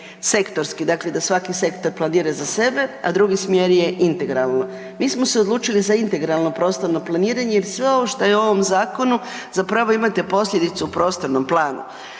sektorski, dakle da svaki sektor planira za sebe, a drugi smjer je integralno. Mi smo se odlučili za integralno prostorno planiranje jer sve ovo što je u ovom zakonu zapravo imate posljedicu u prostornom planu.